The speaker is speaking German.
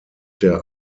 der